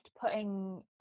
putting